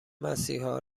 مسیحا